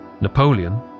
Napoleon